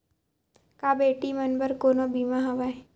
का बेटी मन बर कोनो बीमा हवय?